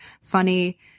funny